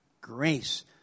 Grace